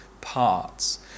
parts